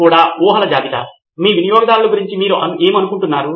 తదుపరిది కూడా ఊహల జాబితా మీ వినియోగదారుల గురించి మీరు ఏమి అనుకున్నారు